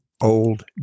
old